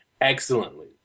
excellently